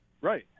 Right